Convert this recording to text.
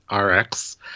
RX